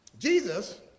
Jesus